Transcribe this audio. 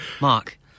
Mark